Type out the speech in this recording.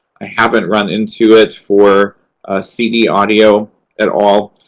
i haven't run into it for cd audio at all.